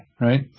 right